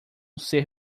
ser